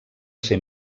ser